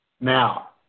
Now